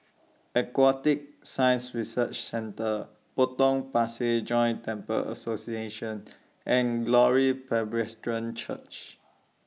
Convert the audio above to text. Aquatic Science Research Centre Potong Pasir Joint Temples Association and Glory Presbyterian Church